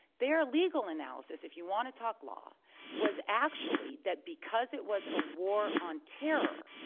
their legal analysis if you want to talk law was actually that because it was a war on terror,